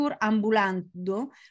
ambulando